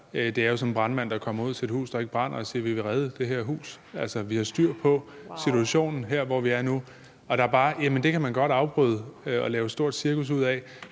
Det er jo som en brandmand, der kommer ud til et hus, der ikke brænder, og siger: Vi vil redde det her hus. Altså, vi har styr på situationen her, hvor vi er nu. (Mette Thiesen (NB): Wauw!). Man kan godt afbryde og lave et stort cirkus ud af